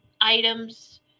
items